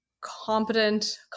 competent